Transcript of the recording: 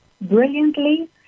brilliantly